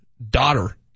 daughter